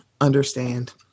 understand